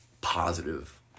positive